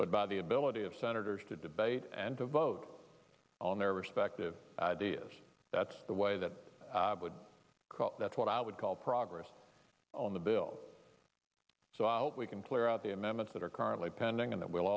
but by the ability of senators to debate and to vote on their respective ideas that's the way that would that's what i would call progress on the bill so we can clear out the amendments that are currently pending and that